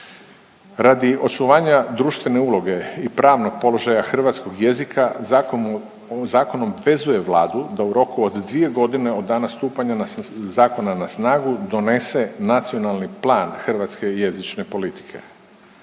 Radi očuvanja društvene uloge i pravnog položaja hrvatskog jezika zakon obvezuje Vladu da u roku od dvije godine od dana stupanja zakona na snagu donese nacionalni plan hrvatske jezične politike.